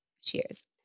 Cheers